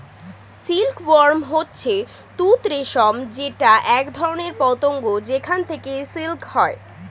silk worm হচ্ছে তুত রেশম যেটা একধরনের পতঙ্গ যেখান থেকে সিল্ক হয়